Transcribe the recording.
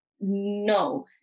no